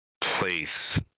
place